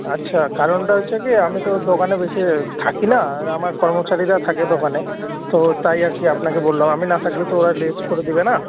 আচ্ছা কারণটা হচ্ছে কী আমি তো দোকানে বেশি থাকি না আর আমার কর্মচারীরা থাকে দোকানে তো তাই আর কি আপনাকে বললাম আমি না থাকলে তো ওরা লেট করে দেবে না